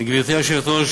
גברתי היושבת-ראש,